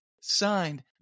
signed